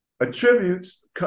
attributes